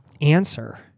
answer